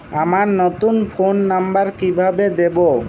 আমার নতুন phone number কিভাবে দিবো?